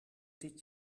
dit